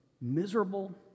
miserable